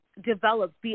developed